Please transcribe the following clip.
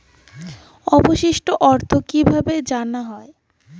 অবশিষ্ট অর্থ কিভাবে জানা হয়?